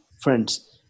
friends